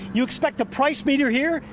you expect the price meter here,